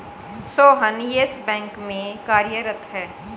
Sohan Yes Bank में कार्यरत है